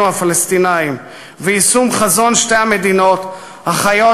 הפלסטינים ויישום חזון שתי המדינות החיות